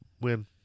win